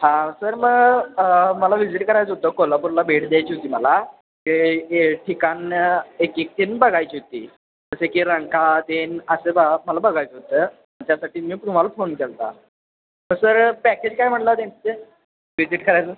हां सर मग मला व्हिजिट करायचं होतं कोल्हापूरला भेट द्यायची होती मला ते ए ठिकाणं एकेक तेनं बघायची होती जसे की रंकाळा तेन असं बा मला बघायचं होतं मग त्यासाठी मी तुम्हाला फोन केलता तर सर पॅकेज काय म्हणला त्यांचं व्हिजिट करायचं